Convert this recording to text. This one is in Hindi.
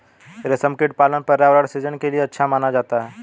रेशमकीट पालन पर्यावरण सृजन के लिए अच्छा माना जाता है